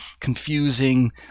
confusing